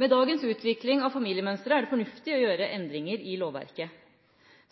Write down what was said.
Med dagens utvikling av familiemønstre er det fornuftig å gjøre endringer i lovverket.